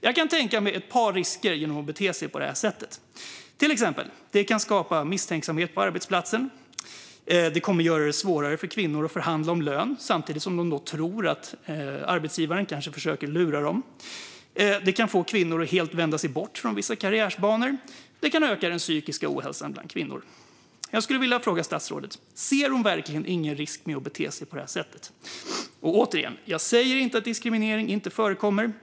Jag kan tänka mig ett par risker med att bete sig på det sättet, till exempel: Det kan skapa misstänksamhet på arbetsplatsen, det kommer att göra det svårare för kvinnor att förhandla om lön om de samtidigt tror att arbetsgivaren kanske försöker lura dem, det kan få kvinnor att helt enkelt vända sig bort från vissa karriärbanor och det kan öka den psykiska ohälsan hos kvinnor. Jag skulle vilja fråga statsrådet: Ser hon verkligen ingen risk med att bete sig på detta sätt? Och återigen: Jag säger inte att diskriminering inte förekommer.